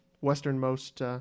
westernmost